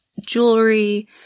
jewelry